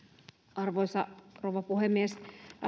arvoisa rouva puhemies